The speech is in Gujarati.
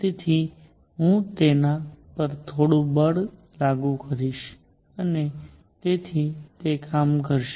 તેથી હું તેના પર થોડું બળ લાગુ કરીશ અને તેથી તે કામ કરશે